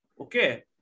Okay